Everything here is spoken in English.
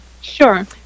Sure